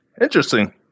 Interesting